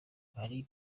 mali